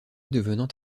devenant